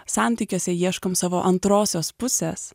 santykiuose ieškom savo antrosios pusės